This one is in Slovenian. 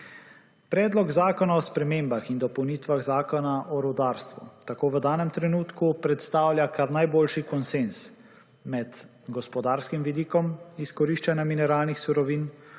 Predlog zakona o spremembah in dopolnitvah Zakona o rudarstvu tako v danem trenutku predstavlja kar najboljši konsenz med gospodarskim vidikom izkoriščanja mineralnih surovin,